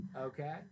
Okay